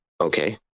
Okay